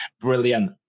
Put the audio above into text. brilliant